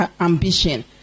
ambition